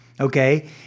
Okay